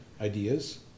ideas